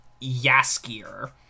Yaskier